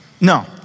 No